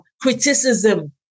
criticism